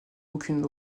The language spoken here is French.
aucune